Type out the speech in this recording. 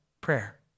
Prayer